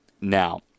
now